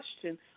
question